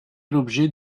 l’objet